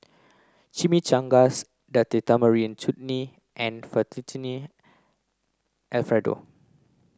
Chimichangas Date Tamarind Chutney and Fettuccine Alfredo